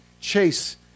chase